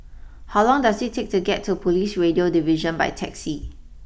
how long does it take to get to police Radio Division by taxi